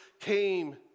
came